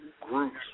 groups